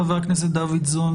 חבר הכנסת דוידסון,